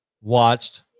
watched